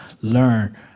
learn